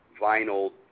vinyl